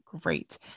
Great